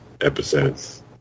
episodes